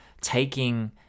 taking